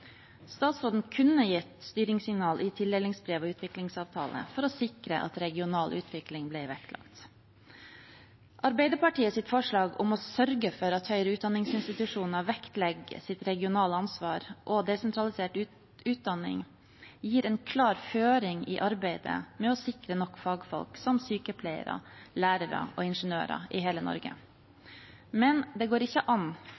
Statsråden kunne gitt styringssignal i tildelingsbrev og utviklingsavtale for å sikre at regional utvikling ble vektlagt. Arbeiderpartiets forslag om å sørge for at høyere utdanningsinstitusjoner vektlegger sitt regionale ansvar og desentralisert utdanning, gir en klar føring i arbeidet med å sikre nok fagfolk, som sykepleiere, lærere og ingeniører, i hele Norge. Men det går ikke an